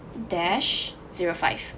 dash zero five